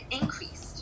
increased